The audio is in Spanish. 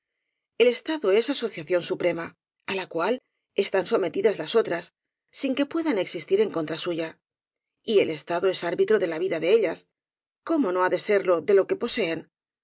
esta do es asociación suprema á la cual están someti das las otras sin que puedan existir en contra suya y el estado es árbitro de la vida de ellas cómo no ha de serlo de lo que poseen